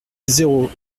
zéro